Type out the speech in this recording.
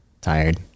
tired